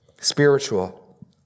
spiritual